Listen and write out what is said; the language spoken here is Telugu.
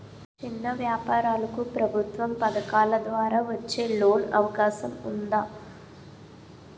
చిన్న వ్యాపారాలకు ప్రభుత్వం పథకాల ద్వారా వచ్చే లోన్ అవకాశం ఉందా?